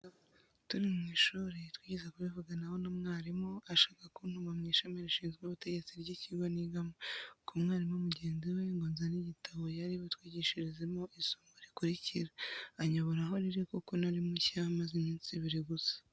Turi mu ishuri, twigeze kubivuganaho na mwarimu, ashaka kuntuma mu ishami rishinzwe ubutegetsi ry'kigo nigamo, ku mwarimu mugenzi we, ngo nzane igitabo yari butwigishirizemo mu isomo rikurikira; anyobora aho riri kuko nari mushya, maze iminsi ibiri gusa.